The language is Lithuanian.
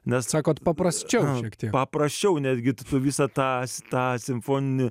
nes sakot paprasčiau šiek tiek paprasčiau nes gi tu visą tą tą simfoninį